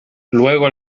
luego